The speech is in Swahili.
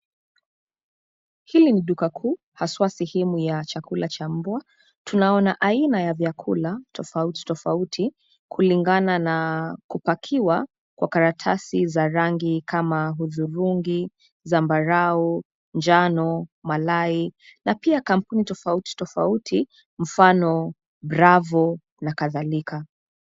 Hili ni duka kuu, haswa sehemu ya chakula cha mbwa. Tunaona aina ya vyakula tofauti tofauti, kulingana na, kupakiwa kwa karatasi za rangi kama: hudhurungi, zambarau, njano, malai, na pia kampuni tofauti tofauti, mfano Bravo, na kadhalika.